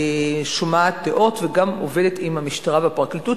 שומעת דעות וגם עובדת עם המשטרה והפרקליטות,